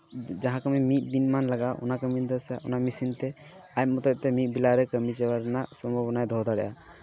ᱡᱟᱦᱟᱸ ᱠᱟᱹᱢᱤ ᱢᱤᱫ ᱫᱤᱱ ᱵᱟᱝ ᱞᱟᱜᱟᱜᱼᱟ ᱚᱱᱟ ᱠᱟᱹᱢᱤ ᱫᱚ ᱥᱮ ᱚᱱᱟ ᱢᱮᱹᱥᱤᱱ ᱛᱮ ᱟᱡ ᱢᱚᱛᱚᱡ ᱛᱮ ᱢᱤᱫ ᱵᱮᱞᱟᱨᱮ ᱠᱟᱹᱢᱤ ᱪᱟᱵᱟ ᱨᱮᱱᱟᱜ ᱥᱚᱢᱵᱷᱚᱵᱚᱱᱟᱭ ᱫᱚᱦᱚ ᱫᱟᱲᱮᱭᱟᱜᱼᱟ